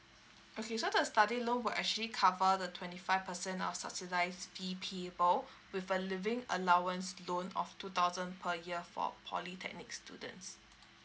okay so the study loan will actually cover the twenty five percent of subsidised B P O with a living allowance loan of two thousand per year for polytechnic students